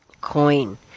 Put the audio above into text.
coin